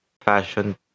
Fashion